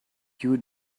you